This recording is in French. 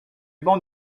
bancs